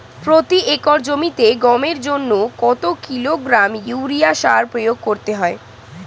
প্রতি একর জমিতে গমের জন্য কত কিলোগ্রাম ইউরিয়া সার প্রয়োগ করতে হয়?